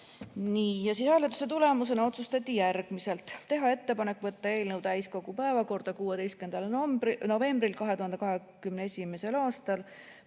hääletusele. Hääletuse tulemusena otsustati järgmist. Teha ettepanek võtta eelnõu täiskogu päevakorda 16. novembril 2021. aastal.